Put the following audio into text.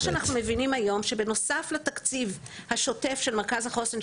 מה שאנחנו מבינים היום שבנוסף לתקציב השוטף של מרכז החוסן,